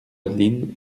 adeline